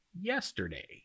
yesterday